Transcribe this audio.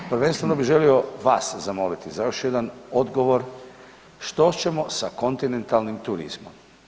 Prvenstveno bih želio vas zamoliti za još jedan odgovor što ćemo sa kontinentalnim turizmom.